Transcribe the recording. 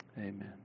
Amen